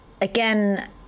again